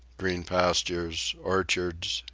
green pastures, orchards,